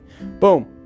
Boom